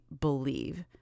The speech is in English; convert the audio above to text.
believe